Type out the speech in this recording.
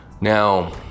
Now